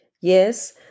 Yes